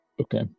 Okay